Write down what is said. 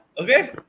Okay